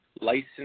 license